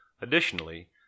Additionally